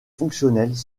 fonctionnels